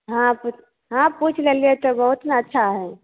हँ हँ पूछि लेलिए तऽ बहुत ने अच्छा हइ